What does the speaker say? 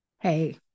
Hey